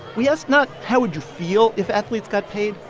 we asked not how would you feel if athletes got paid,